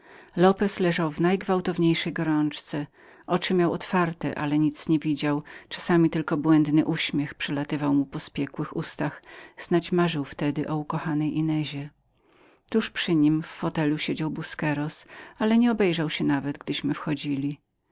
lopez leżał w najgwałtowniejszej gorączce oczy miał otwarte ale nic nie widział czasami tylko błędny uśmiech przelatywał mu po spiekłych ustach snać marzył wtedy o ukochanej inezie tuż przy nim w obszernem krześle siedział busqueros ale także nie obejrzał się nawet gdyśmy wchodzili